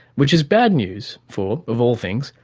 which is bad news for, of all things,